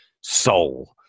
soul